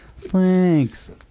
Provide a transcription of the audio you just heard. Thanks